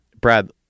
Brad